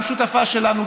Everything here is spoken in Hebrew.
גם שותפה שלנו,